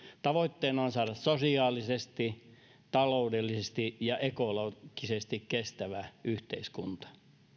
tavoitteena on saada sosiaalisesti taloudellisesti ja ekologisesti kestävä yhteiskunta